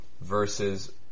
versus